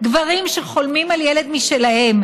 גברים שחולמים על ילד משלהם.